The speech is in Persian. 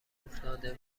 افتاده